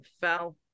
fell